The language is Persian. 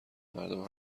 مردم